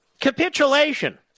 Capitulation